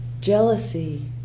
jealousy